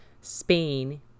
Spain